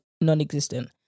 non-existent